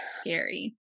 Scary